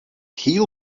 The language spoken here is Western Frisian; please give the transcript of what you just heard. heel